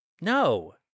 No